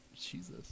Jesus